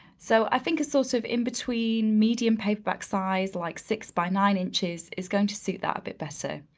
so i think a sort so so of in between medium paperback size, like six by nine inches is going to suit that a bit better.